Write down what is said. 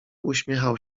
uśmiechał